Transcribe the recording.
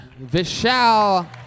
Vishal